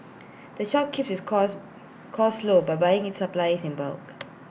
the shop keeps its costs costs low by buying its supplies in bulk